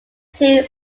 two